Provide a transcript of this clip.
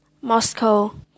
Moscow